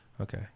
Okay